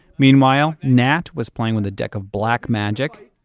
meanwhile, nat was playing with a deck of black magic,